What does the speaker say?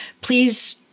please